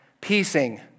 piecing